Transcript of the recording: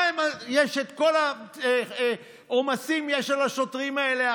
יש את כל העומסים על השוטרים אלה עכשיו,